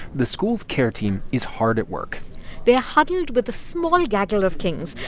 the school's care team is hard at work they are huddled with a small gaggle of kings,